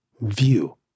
view